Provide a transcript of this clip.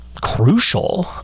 crucial